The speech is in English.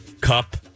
cup